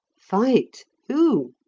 fight! who?